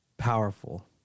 Powerful